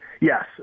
Yes